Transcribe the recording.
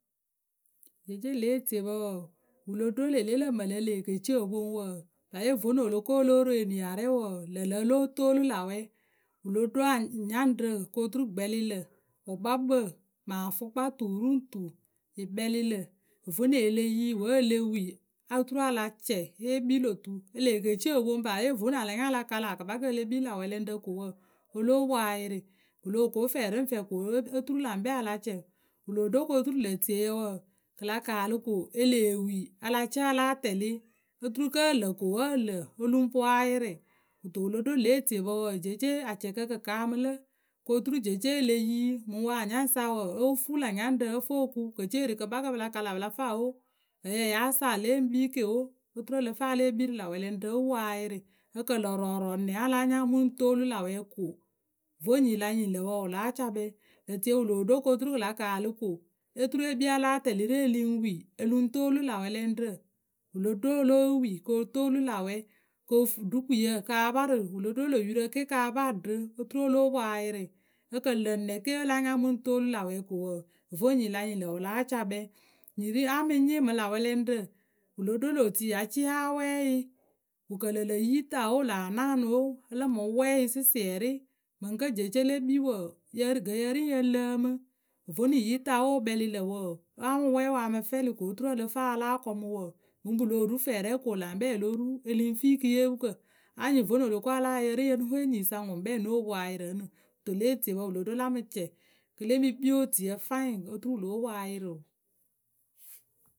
Jeece lě etiepǝ wǝǝ, wǝ lo ɖo lele lǝ mǝ lǝ̈ e lee ke ceŋ o poŋ wǝǝ, paape ǝ vǝnuŋ o lo ko o lóo ro eniarɛ wǝǝ, lǝ̈ ŋlǝ̈ o lóo toolu lä wɛ. Wǝ lo ɖo nyaŋrǝ ko turu gbɛlɩlǝ̈, wǝkpakpǝ, mǝn afʊkpa tu ru ŋ tu yǝ kpɛlɩ lǝ̈. Vonɨ e le yii wǝ́ e le wii oturu a la cɛ, e kpii lö tu. Elee ke ceŋ o poŋ paape vonɨ a la nya a la kala kǝkpakǝ e le kpii lä wɛlɛŋrǝ ko wǝǝ, o lóo poŋ ayɩrɩ pǝ loh ko fɛ ri ŋ fɛ ko oturu l̂ ŋkpɛ a la cɛ. Wǝ loo ɖo kɨ otiru lǝ̈ tieyǝ wǝǝ kɨ la kaalɨ ko e lee wii, a la cɩɩ a láa tɛlɩ oturu ǝ turu kǝ́ ǝ lǝ ko, wǝ ǝ lǝ ǝ lǝŋ poŋ a yɩrɩ. Kɨto wǝ lo ɖo ŋle etiepǝ jeece acɛkǝ kɨ kaamǝ lǝ ko turu jeece e le yi mǝŋ wǝ anyaŋyǝ sa wǝǝ, o fuu lä nyaŋrǝ ǝ fǝ o ku, wǝ ke ce wǝ ri kɨkpakǝ pɨ la kalapɨ la faa o, ǝyǝ yáa saa le ŋ kpii ke o, oturu ǝ lǝ fǝ a ya lée kpii rǝ lä wɛlɛŋrǝ o poŋ ayɩrɩ. Ǝ kǝ lǝ rɔɔrɔɔ nɛ wǝ́ a láa nya mǝŋ toolu lä wɛ ko voŋ nyi la nyɩŋ lǝ̈ wǝǝ, wǝ láa ca kpɛ. ŋlǝ̈ tie wǝ loo ɖo ko turu kɨ la kaalǝ ko oturu e kpii a láa tɛlɩ rǝ e lǝŋ wii, o lǝŋ toolu lâ wɛlɛŋrǝ. Wǝ lo ɖo o lóo wii kɨ o toolu lä wɛ ko fuu ɖukuyǝ ka parǝ, wǝ lo ɖo lô yurǝ ke ka paaɖǝ oturu o lóo poŋ ayɩrɩ. Ǝ kǝ lǝ nɛ kǝ́ a láa nya mǝ ŋ toolu lá wɛ ko wǝǝ, vo nyiyǝ la nyɩŋ lǝ̈ wǝ láa ca kpɛ, a mǝ nyɩɩ mǝ lä wɛlɛŋrǝ. Wǝ lo ɖo lö tui ya xcɩɩ a wɛ yǝ, wǝ kǝ lǝ lǝ̂ yi, ta o, wǝ laa naanɨ o a la mǝ mɛ yǝ sɩsiɛrɩ. Mǝŋ kǝ́ jeece le kpii wǝǝ, ŋkǝ́ yǝ ri yǝ ŋ lǝǝmɨ. Vonu yi ta we wǝ kpǝlɩ lǝ̂ wǝǝ, a mǝ wɛ wǝ a cmǝ fɛlɩ ko oturu ǝ lǝ fǝ a ya láa kɔmʊ wǝǝ, mǝ pǝ loo ru fɛɛ rɛ ko lä ŋkpɛ o lo ru e lǝŋ fii kɨyeepukǝ anyɩŋ vonu o lo ko a láa ya yǝ ri yǝ o nuŋ he nyiyǝ sa ŋwǝ ŋkpɛ ŋ nóo poŋ ayɩrɩ ǝnɨ. Kɨto ŋlǝ etiepǝ wǝ lo ɖo la mǝ cɛ kɨ le mǝ kpii otuiyǝ fwaiŋ oturu wǝ lóo poŋ ayɩrɩ o.